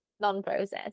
non-processed